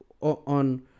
on